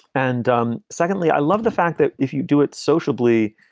and um secondly, i love the fact that if you do it sociably.